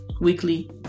weekly